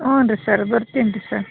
ಊನ್ರೀ sir ಬರ್ತೀನ್ರಿ sir